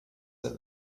that